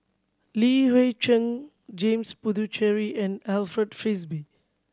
Li Hui Cheng James Puthucheary and Alfred Frisby